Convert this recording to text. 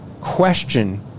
question